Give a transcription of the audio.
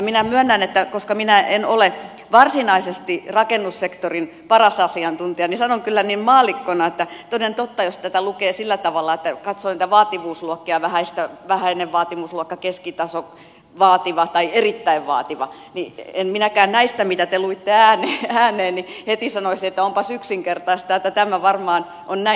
minä myönnän ja koska minä en ole varsinaisesti rakennussektorin paras asiantuntija niin sanon kyllä niin maallikkona että toden totta jos tätä lukee sillä tavalla että katsoo niitä vaativuusluokkia vähäinen vaativuusluokka keskitaso vaativa tai erittäin vaativa niin en minäkään näistä mitä te luitte ääneen heti sanoisi että onpas yksinkertaista että tämä varmaan on näin